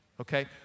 okay